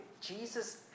Jesus